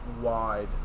wide